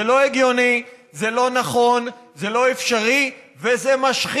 זה לא הגיוני, זה לא נכון, זה לא אפשרי וזה משחית,